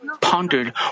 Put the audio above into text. pondered